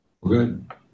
Good